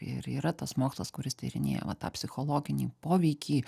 ir yra tas mokslas kuris tyrinėja va tą psichologinį poveikį